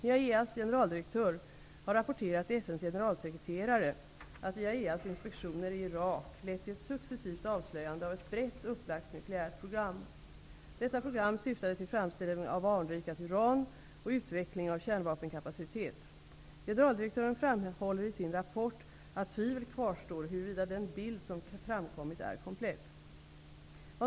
IAEA:s generaldirektör har rapporterat till FN:s generalsekreterare att IAEA:s inspektioner i Irak lett till ett successivt avslöjande av ett brett upplagt nukleärt program. Detta program syftade till framställning av anrikat uran och utveckling av kärnvapenkapacitet. Generaldirektören framhåller i sin rapport att tvivel kvarstår huruvida den bild som framkommit är komplett. Herr talman!